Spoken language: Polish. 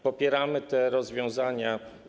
Popieramy te rozwiązania.